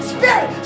Spirit